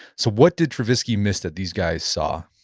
so what did tversky miss that these guys saw?